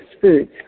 foods